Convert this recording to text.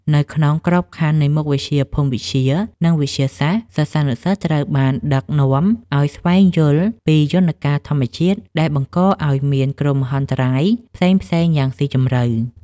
នៅក្នុងក្របខ័ណ្ឌនៃមុខវិជ្ជាភូមិវិទ្យា និងវិទ្យាសាស្ត្រ សិស្សានុសិស្សត្រូវបានដឹកនាំឱ្យស្វែងយល់ពីយន្តការធម្មជាតិដែលបង្កឱ្យមានគ្រោះមហន្តរាយផ្សេងៗយ៉ាងស៊ីជម្រៅ។